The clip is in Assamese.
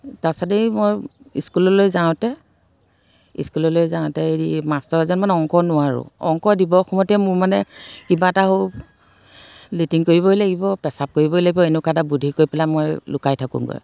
তাৰপাছতেই মই ইস্কুললৈ যাওঁতে ইস্কুললৈ যাওঁতে হেৰি মাষ্টৰজন মানে অংক নোৱাৰোঁ অংক দিব সময়তে মোৰ মানে কিবা এটা হ'ব লেট্ৰিন কৰিবই লাগিব পেচাব কৰিবই লাগিব এনেকুৱা এটা বুদ্ধি কৰি পেলাই মই লুকাই থাকোঁগৈ